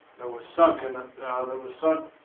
that was sunk, and that was sunk